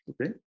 Okay